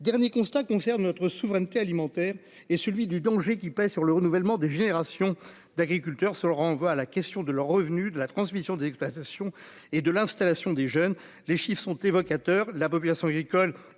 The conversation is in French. dernier constat concerne notre souveraineté alimentaire et celui du danger qui pèse sur le renouvellement des générations d'agriculteurs sur le renvoie à la question de leurs revenus de la transmission des exploitations et de l'installation des jeunes, les chiffres sont évocateurs : la population agricole